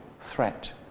threat